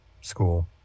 school